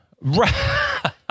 Right